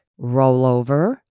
rollover